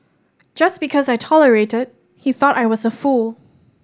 just because I tolerated he thought I was a fool